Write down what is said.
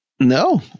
No